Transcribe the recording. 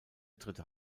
dritte